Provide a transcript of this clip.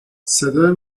صدای